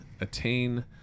attain